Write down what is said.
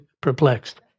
perplexed